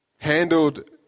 handled